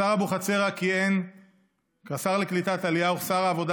השר אבוחצירא כיהן כשר לקליטת עלייה וכשר העבודה